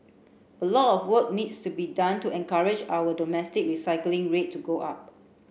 a lot of work needs to be done to encourage our domestic recycling rate to go up